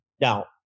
Now